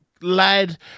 Lad